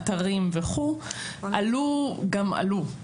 אתרים וכו' עלו גם עלו.